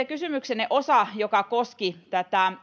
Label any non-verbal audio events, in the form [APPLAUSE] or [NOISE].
[UNINTELLIGIBLE] kysymyksenne osaan joka koski tätä